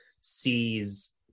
sees